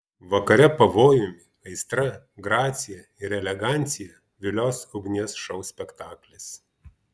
vakare pavojumi aistra gracija ir elegancija vilios ugnies šou spektaklis